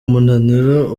munaniro